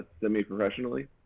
semi-professionally